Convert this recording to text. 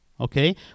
okay